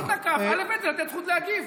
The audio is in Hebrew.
אם הוא תקף, אלף-בית זה לתת זכות להגיב.